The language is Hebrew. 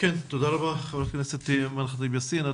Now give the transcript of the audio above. תודה רבה חברת הכנסת אימאן ח'טיב יאסין.